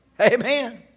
Amen